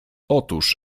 otóż